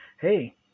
hey